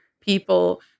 people